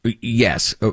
Yes